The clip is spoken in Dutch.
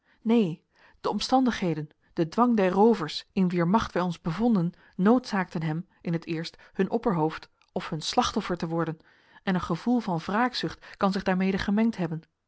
neen de omstandigheden de dwang der roovers in wier macht wij ons bevonden noodzaakten hem in het eerst hun opperhoofd of hun slachtoffer te worden en een gevoel van wraakzucht kan zich daarmede gemengd hebben